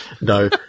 no